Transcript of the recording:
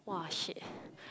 !wah! shit